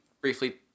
briefly